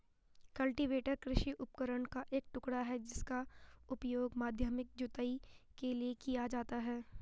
cultivator कृषि उपकरण का एक टुकड़ा है जिसका उपयोग माध्यमिक जुताई के लिए किया जाता है